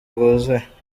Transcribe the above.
bwuzuye